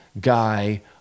guy